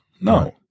No